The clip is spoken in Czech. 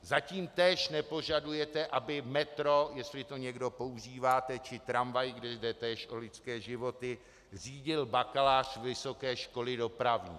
Zatím též nepožadujete, aby metro, jestli to někdo používáte, či tramvaj, kde jde též o lidské životy, řídil bakalář vysoké školy dopravní.